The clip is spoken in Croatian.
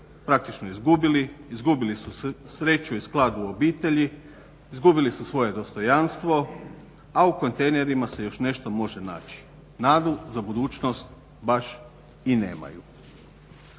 praktično izgubili, izgubili su sreću i sklad u obitelji, izgubili su svoje dostojanstvo, a u kontejnerima se još nešto može naći. Nadu za budućnost baš i nemaju.